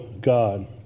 God